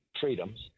freedoms